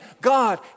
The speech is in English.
God